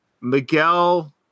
Miguel